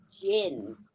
gin